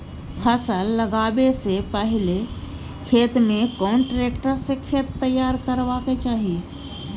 फसल लगाबै स पहिले खेत में कोन ट्रैक्टर स खेत तैयार करबा के चाही?